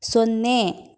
ಸೊನ್ನೆ